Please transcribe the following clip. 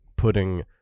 putting